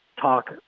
talk